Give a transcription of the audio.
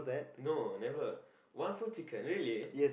no never one full chicken really